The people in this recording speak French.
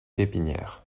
pépinières